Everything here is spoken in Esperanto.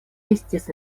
estis